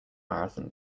marathon